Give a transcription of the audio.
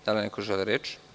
Da li neko želi reč?